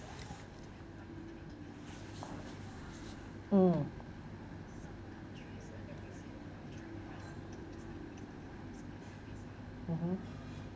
mm mmhmm